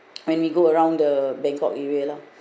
when we go around the bangkok area lah